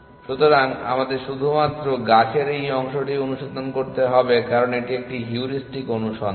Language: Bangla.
সুতরাং আমাদের শুধুমাত্র গাছের এই অংশটিই অনুসন্ধান করতে হবে কারণ এটি একটি হিউরিস্টিক অনুসন্ধান